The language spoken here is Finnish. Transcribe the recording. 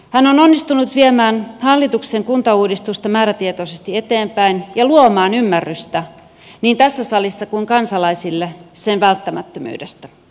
hän on onnistunut viemään hallituksen kuntauudistusta määrätietoisesti eteenpäin ja luomaan ymmärrystä niin tässä salissa kuin kansalaisille sen välttämättömyydestä